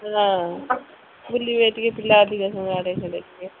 ର ବୁଲିବେ ଟିକେ ପିଲା ଅଧିକ ସମୟ ଆଡ଼େ ସିଆଡ଼େ ଟିକେ